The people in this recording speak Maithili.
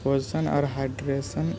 पोषण आओर हाइड्रेशन